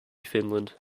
finland